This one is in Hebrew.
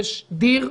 יש דיר,